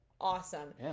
awesome